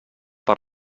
per